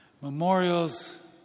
Memorials